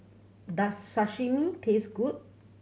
does Sashimi taste good